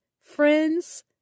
friends